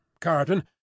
Carton